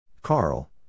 Carl